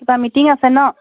কিবা মিটিং আছে ন